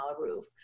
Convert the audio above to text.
roof